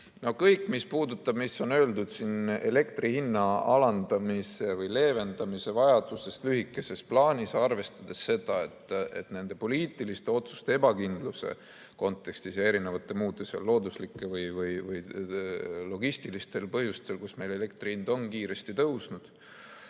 Kõik, mis puudutab seda, mis on öeldud siin elektri hinna alandamise või leevendamise vajaduse kohta lühikeses plaanis, arvestades seda, et nende poliitiliste otsuste ebakindluse kontekstis ja erinevatel muudel looduslikel või logistilistel põhjustel meil elektri hind on kiiresti tõusnud,